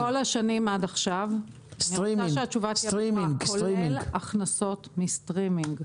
בכל השנים עד עכשיו זה כולל הכנסות מסטרימינג.